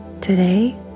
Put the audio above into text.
today